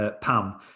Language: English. Pam